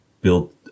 build